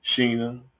sheena